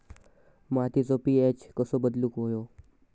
मातीचो पी.एच कसो बदलुक होयो?